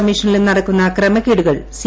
കമ്മീഷനിലും നടക്കുന്ന ക്രമക്കേടുകൾ സി